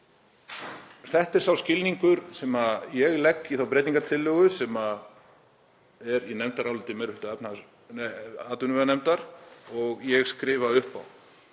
Þetta er sá skilningur sem ég legg í þá breytingartillögu sem er í nefndaráliti meiri hluta atvinnuveganefndar og ég skrifa upp á.